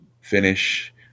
finish